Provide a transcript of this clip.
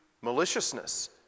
maliciousness